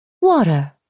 Water